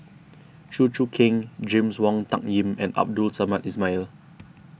Chew Choo Keng James Wong Tuck Yim and Abdul Samad Ismail